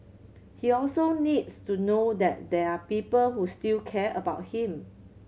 he also needs to know that there are people who still care about him